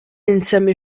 nsemmi